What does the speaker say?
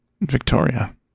Victoria